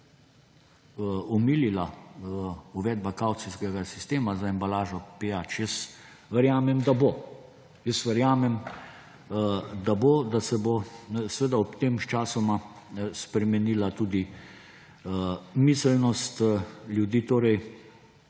omilila uvedba kavcijskega sistema za embalažo pijač? Verjamem, da bo. Verjamem, da bo, da se bo s tem sčasoma spremenila tudi miselnost ljudi. Torej